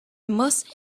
most